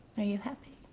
are you happy?